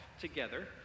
together